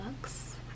books